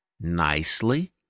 nicely